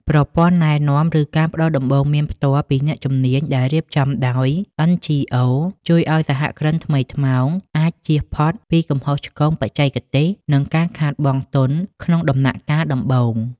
ប្រព័ន្ធណែនាំ ឬការផ្ដល់ដំបូន្មានផ្ទាល់ពីអ្នកជំនាញដែលរៀបចំដោយ NGOs ជួយឱ្យសហគ្រិនថ្មីថ្មោងអាចជៀសផុតពីកំហុសឆ្គងបច្ចេកទេស និងការខាតបង់ទុនក្នុងដំណាក់កាលដំបូង។